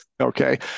okay